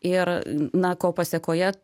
ir na ko pasekoje